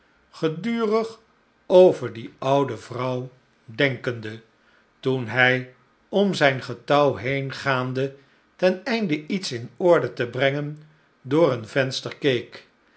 gedurig over die oude vrouw denkende toen hij om zijn getouw heen gaande ten einde iets in orde te brengen door een venster keek